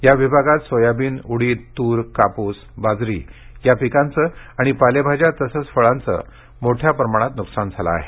या विभागात सोयाबीन उडीद तूर कापूस बाजरी या पिकांचे आणि पालेभाज्या तसेच फळांचे मोठ्या प्रमाणात नुकसान झाले आहे